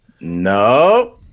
No